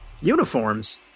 Uniforms